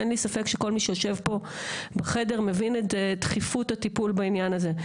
אין לי ספק שכל מי שיושב פה בחדר מבין את דחיפות הטיפול בעניין הזה.